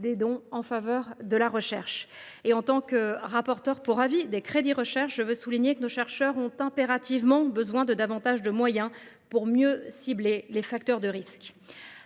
des dons en faveur de la recherche. En tant que rapporteure pour avis des crédits de la recherche, je veux souligner que nos chercheurs ont impérativement besoin de davantage de moyens pour mieux cibler les facteurs de risque.